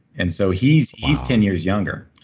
and so he's he's ten years younger,